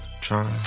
trying